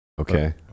Okay